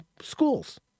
schools